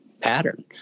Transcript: pattern